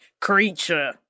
creature